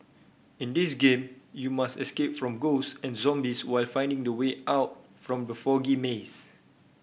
in this game you must escape from ghost and zombies while finding the way out from the foggy maze